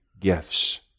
gifts